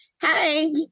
hey